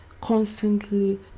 constantly